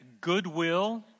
goodwill